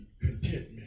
contentment